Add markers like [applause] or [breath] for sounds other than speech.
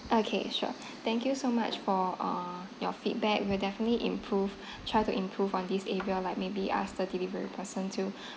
okay sure thank you so much for uh your feedback we'll definitely improve try to improve on this area like maybe ask the delivery person to [breath]